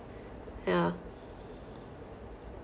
yeah